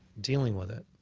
dealing with it.